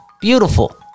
Beautiful